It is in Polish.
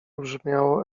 brzmiało